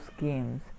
games